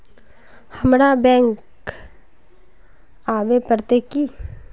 हमरा बैंक आवे पड़ते की?